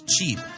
cheap